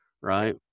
right